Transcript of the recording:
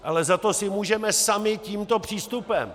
Ale za to si můžeme sami tímto přístupem.